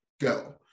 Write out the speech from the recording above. go